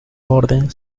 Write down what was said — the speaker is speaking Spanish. orden